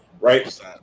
right